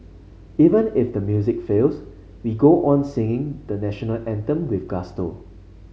even if the music fails we go on singing the National Anthem with gusto